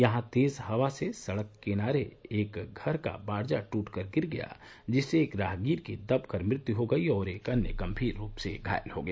यहां तेज हवा से सड़क किनारे एक घर का बारजा टूटकर गिर गया जिससे एक राहगीर की दबकर मृत्यु हो गयी और एक अन्य गंभीर रूप से घायल हो गया